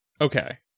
okay